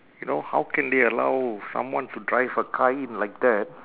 you know how can they allow someone to drive a car in like that